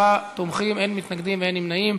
עשרה תומכים, אין מתנגדים ואין נמנעים.